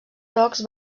jocs